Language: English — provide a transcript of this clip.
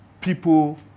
people